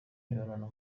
imibonano